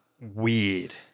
weird